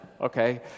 Okay